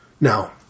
Now